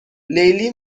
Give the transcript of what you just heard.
لیلی